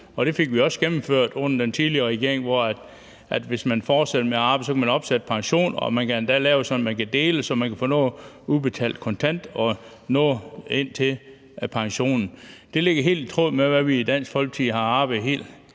det fik vi også gennemført under den tidligere regering, så man, hvis man fortsætter med at arbejde, kan opsætte pensionen, og man kan endda lave det sådan, at man kan dele det, så man kan få noget udbetalt kontant og noget ind på pensionen. Det ligger helt i tråd med, hvad vi i Dansk Folkeparti hele